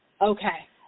Okay